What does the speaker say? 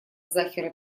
захира